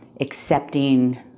accepting